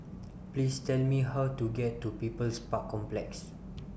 Please Tell Me How to get to People's Park Complex